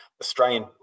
australian